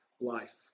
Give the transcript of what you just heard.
life